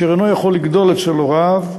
אשר אינו יכול לגדול אצל הוריו,